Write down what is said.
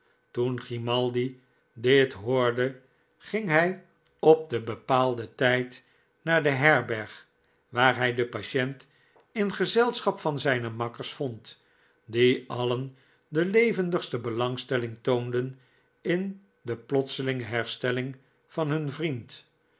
toen grimaldi dit hoorde ging hij op den bepaalden tijd naar de herberg waar hij den patient in gezelschap van zijne makkers vond die alien de levendigste belangstelling toonden in de plotselinge herstelling van hun vriend